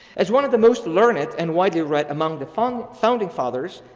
as one of the most learned and widely read among the founding founding fathers,